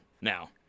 now